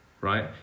Right